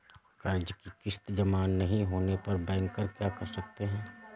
कर्ज कि किश्त जमा नहीं होने पर बैंकर क्या कर सकते हैं?